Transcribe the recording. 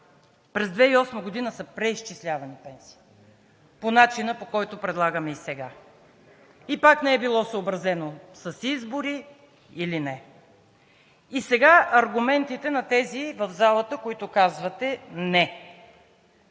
През 2008 г. са преизчислявани пенсиите по начина, по който предлагаме и сега, и пак не е било съобразено с избори, или не. Сега аргументите на тези в залата, които казвате – не.